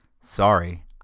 sorry